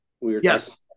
Yes